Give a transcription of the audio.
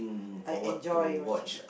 I enjoy watching it